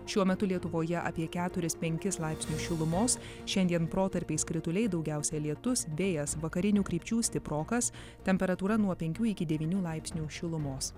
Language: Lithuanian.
šiuo metu lietuvoje apie keturis penkis laipsnius šilumos šiandien protarpiais krituliai daugiausia lietus vėjas vakarinių krypčių stiprokas temperatūra nuo penkių iki devynių laipsnių šilumos